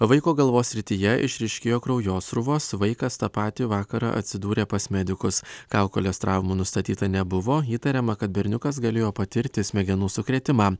vaiko galvos srityje išryškėja kraujosruvos vaikas tą patį vakarą atsidūrė pas medikus kaukolės traumų nustatyta nebuvo įtariama kad berniukas galėjo patirti smegenų sukrėtimą